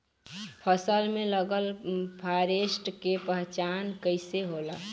फसल में लगल फारेस्ट के पहचान कइसे होला?